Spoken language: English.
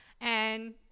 And-